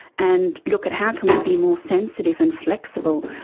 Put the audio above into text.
and look at how can we be more sensitive and flexible.